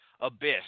Abyss